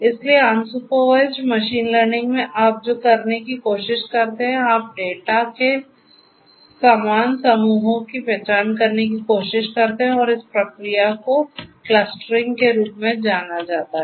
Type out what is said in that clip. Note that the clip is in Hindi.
इसलिए अनसुपरवाइज्ड मशीन लर्निंग में आप जो करने की कोशिश करते हैंआप डेटा के समान समूहों की पहचान करने की कोशिश करते हैं और इस प्रक्रिया को क्लस्टरिंग के रूप में जाना जाता है